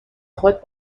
خود